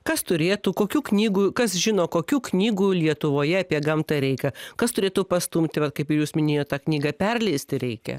kas turėtų kokių knygų kas žino kokių knygų lietuvoje apie gamtą reikia kas turėtų pastumti va kaip jūs minėjot knygą perleisti reikia